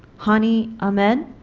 hani ahmed,